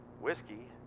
whiskey